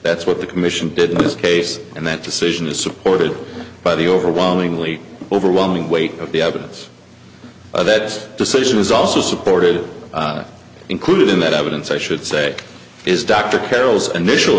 that's what the commission did with this case and that decision is supported by the overwhelmingly overwhelming weight of the evidence of that decision is also supported included in that evidence i should say is dr carroll's initial